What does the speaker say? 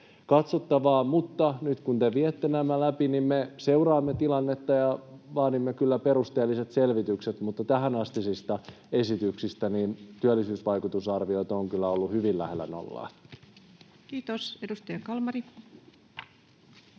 mutta nyt kun te viette nämä läpi, niin me seuraamme tilannetta ja vaadimme kyllä perusteelliset selvitykset. Mutta tähänastisista esityksistä työllisyysvaikutusarviot ovat kyllä olleet hyvin lähellä nollaa. [Speech 165] Speaker: